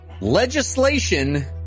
Legislation